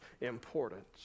importance